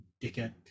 dickhead